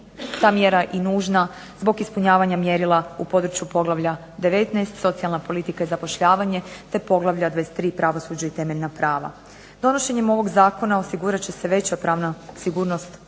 ta mjera i nužna zbog ispunjavanja mjerila u području poglavlja 19 - Socijalne politika i zapošljavanje, te poglavlja 23 - Pravosuđe i temeljna prava. Donošenjem ovog zakona osigurat će se veća pravna sigurnost